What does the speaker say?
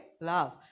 love